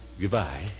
goodbye